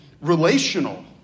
relational